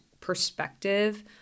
perspective